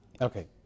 okay